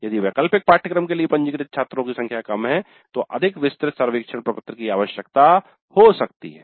यदि वैकल्पिक पाठ्यक्रम के लिए पंजीकृत छात्रों की संख्या कम है तो अधिक विस्तृत सर्वेक्षण प्रपत्र की आवश्यकता हो सकती है